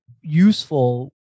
useful